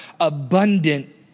abundant